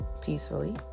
peacefully